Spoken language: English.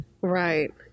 Right